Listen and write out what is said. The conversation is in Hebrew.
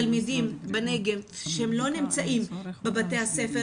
תלמידים בנגב שהם לא נמצאים בבתי הספר,